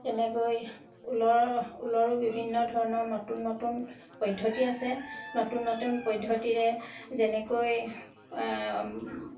তেনেকৈ ঊলৰ ঊলৰো বিভিন্ন ধৰণৰ নতুন নতুন পদ্ধতি আছে নতুন নতুন পদ্ধতিৰে যেনেকৈ